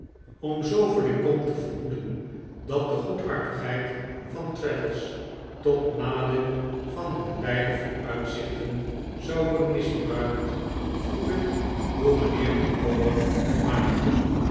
om zooveel ik kon te verhoeden dat de goedhartigheid van traddles tot nadeel van hun beider vooruitzichten zou worden misbruikt vroeg ik hoe mijnheer micawber het maakte